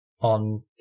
on